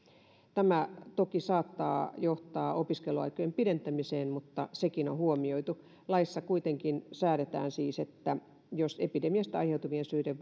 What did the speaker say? tämä toki saattaa johtaa opiskeluaikojen pidentämiseen mutta sekin on huomioitu laissa kuitenkin säädetään siis että jos epidemiasta aiheutuvien syiden